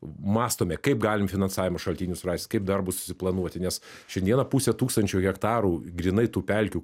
mąstome kaip galim finansavimo šaltinius rast kaip darbus susiplanuoti nes šiandieną pusė tūkstančio hektarų grynai tų pelkių